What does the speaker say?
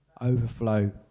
overflow